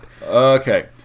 Okay